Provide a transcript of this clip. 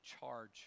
charge